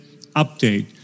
update